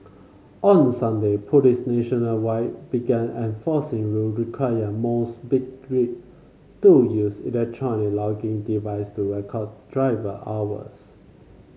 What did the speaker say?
on Sunday police nationwide began enforcing rule requiring most big rig to use electronic logging device to record driver hours